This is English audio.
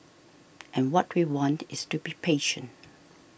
and what we want is to be patient